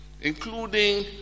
including